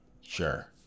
sure